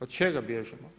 Od čega bježimo?